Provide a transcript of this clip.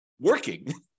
working